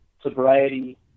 sobriety